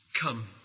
Come